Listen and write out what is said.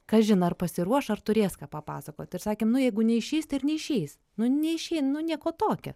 kažin ar pasiruoš ar turės ką papasakoti ir sakėm nu jeigu neišeis tai ir neišeis nu neišein nu nieko tokio